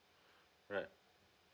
right